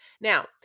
now